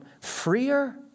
freer